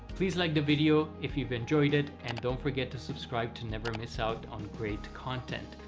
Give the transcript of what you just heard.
please like the video if you've enjoyed it and don't forget to subscribe to never miss out on great content.